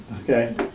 Okay